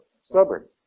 Stubborn